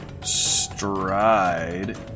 stride